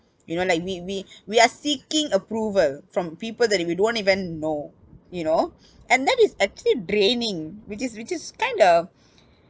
you know like we we we are seeking approval from people that if you don't even know you know and that is actually draining which is which is kind of